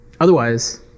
Otherwise